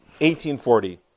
1840